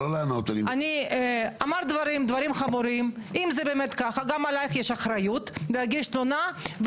אם זה באמת ככה גם עלייך יש אחריות להגיש תלונה,